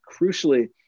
Crucially